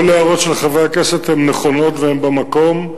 כל ההערות של חברי הכנסת הן נכונות והן במקום.